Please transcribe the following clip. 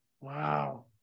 Wow